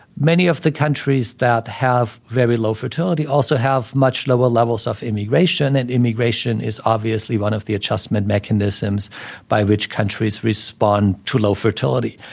many of the countries that have very low fertility also have much lower levels of immigration, and immigration is obviously one of the adjustment mechanisms by which countries respond to low fertility.